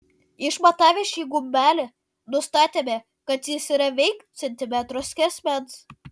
išmatavę šį gumbelį nustatėme kad jis yra veik centimetro skersmens